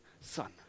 son